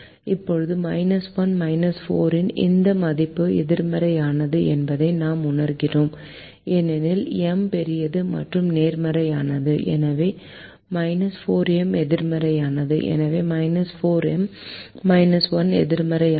இப்போது 1 4M இன் இந்த மதிப்பு எதிர்மறையானது என்பதை நாம் உணர்கிறோம் ஏனெனில் M பெரியது மற்றும் நேர்மறையானது எனவே 4M எதிர்மறையானது எனவே 4M 1 எதிர்மறையானது